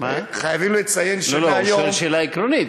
הוא שואל שאלה עקרונית.